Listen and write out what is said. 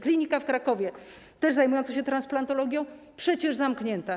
Klinika w Krakowie, też zajmująca się transplantologią, przecież zamknięta.